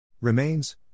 Remains